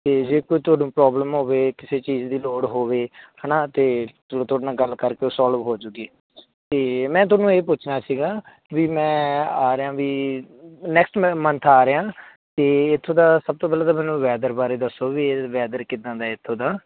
ਅਤੇ ਜੇ ਕੋਈ ਤੁਹਾਨੂੰ ਪ੍ਰੋਬਲਮ ਹੋਵੇ ਕਿਸੇ ਚੀਜ਼ ਦੀ ਲੋੜ ਹੋਵੇ ਹੈ ਨਾ ਅਤੇ ਤੁਹਾਡੇ ਨਾਲ ਗੱਲ ਕਰਕੇ ਉਹ ਸੋਲਵ ਹੋ ਜੂਗੀ ਅਤੇ ਮੈਂ ਤੁਹਾਨੂੰ ਇਹ ਪੁੱਛਣਾ ਸੀਗਾ ਵੀ ਮੈਂ ਆ ਰਿਹਾ ਵੀ ਨੈਕਸਟ ਮੈਂ ਮੰਥ ਆ ਰਿਹਾ ਅਤੇ ਇੱਥੋਂ ਦਾ ਸਭ ਤੋਂ ਪਹਿਲਾਂ ਤਾਂ ਮੈਨੂੰ ਵੈਦਰ ਬਾਰੇ ਦੱਸੋ ਵੀ ਵੈਦਰ ਕਿੱਦਾਂ ਦਾ ਇੱਥੋਂ ਦਾ